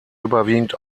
überwiegend